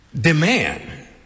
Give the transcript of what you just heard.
demand